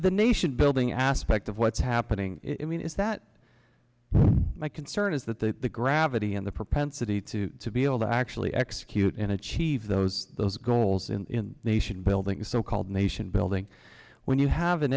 the nation building aspect of what's happening it means that my concern is that they the gravity and the propensity to to be able to actually execute and achieve those those goals in nation building so called nation building when you have an